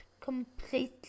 completely